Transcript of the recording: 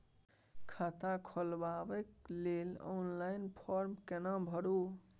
खाता खोलबेके लेल ऑनलाइन फारम केना भरु?